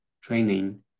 training